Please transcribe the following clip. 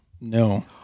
No